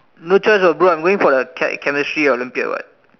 no choice [what] bro I'm going for the che~ chemistry Olympiad [what]